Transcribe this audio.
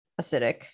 acidic